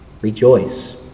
rejoice